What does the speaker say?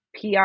PR